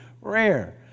rare